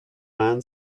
man